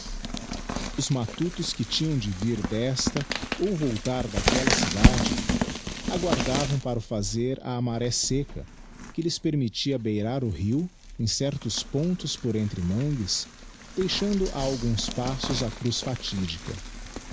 os matutos que tinham de vir desta ou voltar daquella cidade aguardavam para o fazer a maré secca que lhes permittia beirar o rio em certos pontos por entre mangues deixando a alguns passos a cruz fatídica